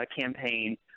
campaign